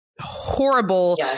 horrible